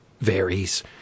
varies